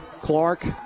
Clark